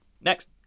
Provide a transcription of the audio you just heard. Next